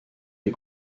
les